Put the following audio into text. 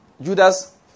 Judas